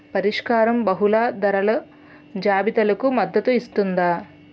పరిష్కారం బహుళ ధరల జాబితాలకు మద్దతు ఇస్తుందా?